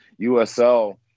usl